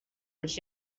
els